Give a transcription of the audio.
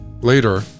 later